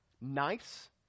nice